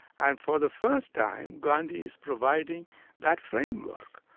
and for the first time, gandhi is providing that framework,